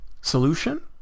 Solution